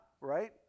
right